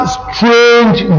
strange